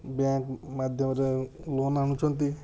bank ମାଧ୍ୟମରେ loan ଆଣୁଛନ୍ତି